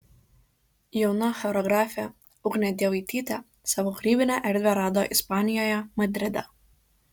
jauna choreografė ugnė dievaitytė savo kūrybinę erdvę rado ispanijoje madride